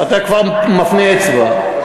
אתה כבר מפנה אצבע.